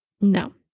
No